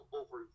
over